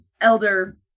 Elder